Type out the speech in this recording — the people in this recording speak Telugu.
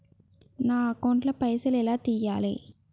నా అకౌంట్ ల పైసల్ ఎలా తీయాలి?